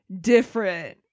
different